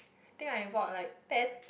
think I bought like ten